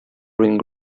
ring